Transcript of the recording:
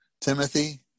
Timothy